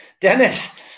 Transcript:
Dennis